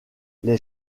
les